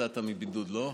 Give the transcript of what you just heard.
יצאת מבידוד, לא?